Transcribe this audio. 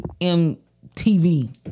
MTV